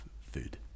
food